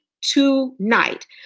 tonight